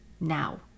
now